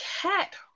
cat